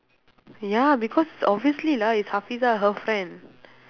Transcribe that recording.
ya because obviously lah it's hafeezah her friend